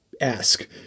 ask